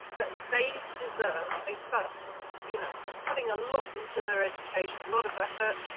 but they deserve a first, you know, they're putting a lot into their education, lot of effort,